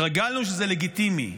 התרגלנו שזה לגיטימי.